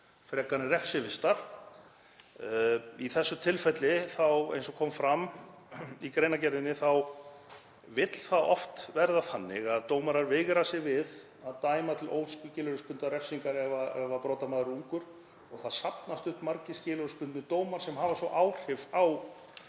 frekar en refsivistar. Í þessu tilfelli, eins og kom fram í greinargerðinni, þá vill það oft verða þannig að dómarar veigra sér við að dæma til óskilorðsbundinnar refsingar ef brotamaður er ungur og það safnast upp margir skilorðsbundnir dómar sem hafa svo áhrif á